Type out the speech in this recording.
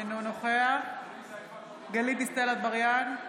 אינו נוכח גלית דיסטל אטבריאן,